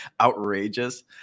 outrageous